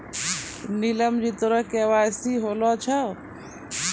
नीलम जी तोरो के.वाई.सी होलो छौं?